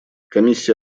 комиссия